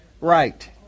right